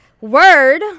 word